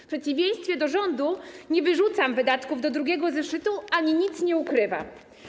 W przeciwieństwie do rządu nie wyrzucam wydatków do drugiego zeszytu, ani nic nie ukrywam.